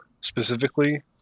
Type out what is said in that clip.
specifically